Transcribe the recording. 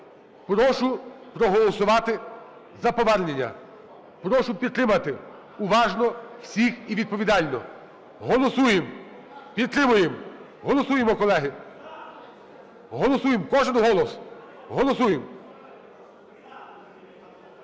Прошу проголосувати за повернення. Прошу підтримати уважно всіх і відповідально. Голосуємо. Підтримуємо. Голосуємо, колеги. Голосуємо. Кожен голос. Голосуємо.